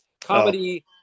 comedy